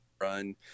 run